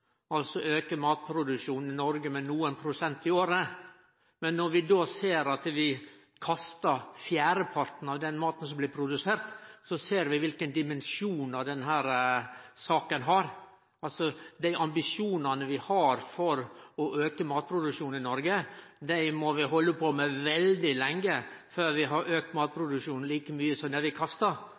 altså auke matproduksjonen i Noreg med nokre prosent i året. Når vi då ser at vi kastar fjerdeparten av den maten som blir produsert, ser vi kva dimensjon denne saka har. Dei ambisjonane vi har for å auke matproduksjonen i Noreg, må vi halde på med veldig lenge før vi har auka matproduksjonen tilsvarande som det vi kastar.